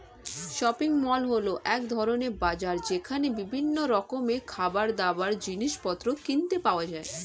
shopping mall হল এক ধরণের বাজার যেখানে বিভিন্ন রকমের খাবারদাবার, জিনিসপত্র কিনতে পাওয়া যায়